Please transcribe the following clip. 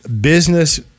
business